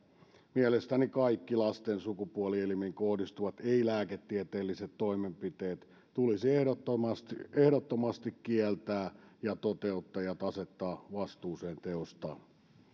mielestäni kaikki lasten sukupuolielimiin kohdistuvat ei lääketieteelliset toimenpiteet tulisi ehdottomasti ehdottomasti kieltää ja toteuttajat asettaa vastuuseen teostaan